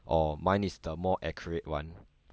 or mine is the more accurate [one]